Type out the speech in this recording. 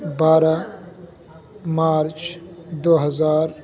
بارہ مارچ دو ہزار